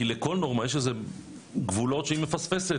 כי לכל נורמה יש גבולות שהיא מפספסת,